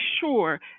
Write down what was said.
sure